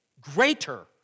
greater